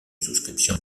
souscription